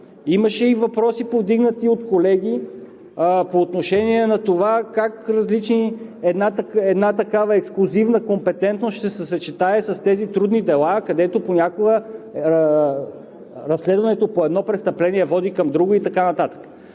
имаше и въпроси, повдигнати от колеги, по отношение на това как една такава ексклузивна компетентност ще се съчетае с тези трудни дела, където понякога разследването по едно престъпление води към друго и така нататък.